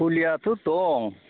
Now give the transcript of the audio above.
फुलिआथ' दं